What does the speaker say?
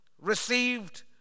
received